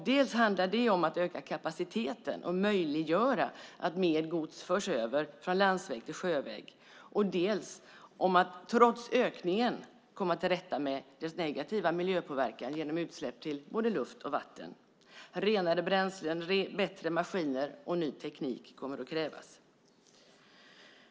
Det handlar dels om att öka kapaciteten och möjliggöra att mer gods förs över från landsväg till sjöväg, dels om att trots ökningen komma till rätta med dess negativa miljöpåverkan genom utsläpp till både luft och vatten. Renare bränslen, bättre maskiner och ny teknik kommer att krävas.